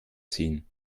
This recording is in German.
ziehen